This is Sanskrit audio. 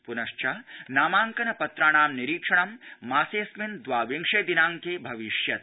प्नश्च नामाङ्कन पत्राणां निरीक्षणं मासेऽस्मिन् द्वाविंशे दिनाङ्के भविष्यति